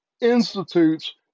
institutes